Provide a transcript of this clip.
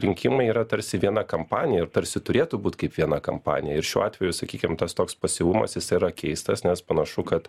rinkimai yra tarsi viena kampanija ir tarsi turėtų būt kaip viena kampanija ir šiuo atveju sakykim tas toks pasyvumas jis yra keistas nes panašu kad